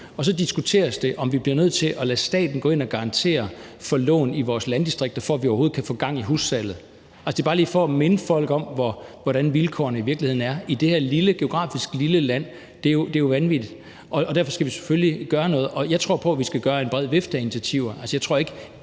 største byer, og om vi bliver nødt til at lade staten gå ind og garantere for lån i vores landdistrikter, for at vi overhovedet kan få gang i hussalget. Det er bare lige for at minde folk om, hvordan vilkårene i virkeligheden er i det her geografisk set lille land. Det er jo vanvittigt. Derfor skal vi selvfølgelig gøre noget. Og jeg tror på, vi skal tage en bred vifte af initiativer.